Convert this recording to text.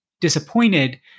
disappointed